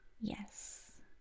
Yes